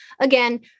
again